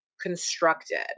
constructed